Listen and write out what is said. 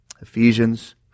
Ephesians